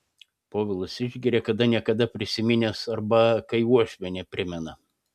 povilas išgeria kada ne kada prisiminęs arba kai uošvienė primena